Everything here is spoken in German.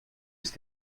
ist